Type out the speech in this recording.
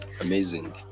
amazing